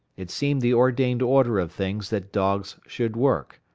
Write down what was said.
it seemed the ordained order of things that dogs should work.